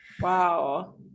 Wow